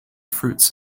fruits